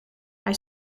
hij